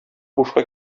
бушка